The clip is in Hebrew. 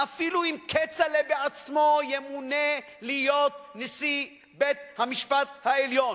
ואפילו אם כצל'ה בעצמו ימונה להיות נשיא בית-המשפט העליון,